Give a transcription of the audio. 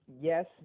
Yes